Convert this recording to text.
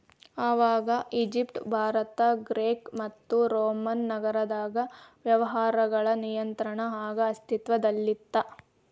ಆವಾಗ Egypt Bharat Greek ಮತ್ತು Roman ನಾಗರದಾಗ ವ್ಯವಹಾರಗಳ ನಿಯಂತ್ರಣ ಆಗ ಅಸ್ತಿತ್ವದಲ್ಲಿತ್ತ